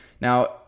Now